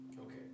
Okay